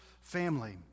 family